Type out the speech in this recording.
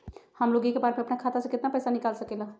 हमलोग एक बार में अपना खाता से केतना पैसा निकाल सकेला?